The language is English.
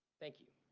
thank you.